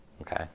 Okay